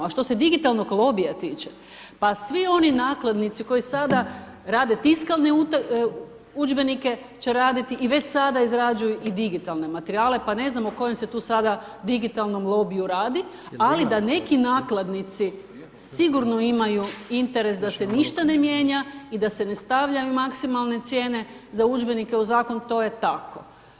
A što se digitalnog lobija tiče, pa svi oni nakladnici koji sada rade tiskane udžbenike će raditi i već sada izrađuju i digitalne materijale, pa ne znam o kojem se tu sada digitalnom lobiju radi ali da neki nakladnici sigurno imaju interes da se ništa ne mijenja i da se ne stavljaju maksimalne cijene za udžbenike u zakon to je tako.